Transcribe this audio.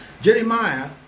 Jeremiah